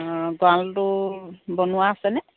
অঁ গঁৰালটো বনোৱা আছেনে